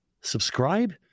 Subscribe